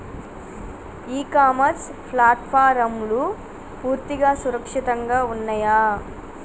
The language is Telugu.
ఇ కామర్స్ ప్లాట్ఫారమ్లు పూర్తిగా సురక్షితంగా ఉన్నయా?